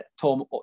Tom